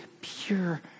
pure